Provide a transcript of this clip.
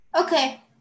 okay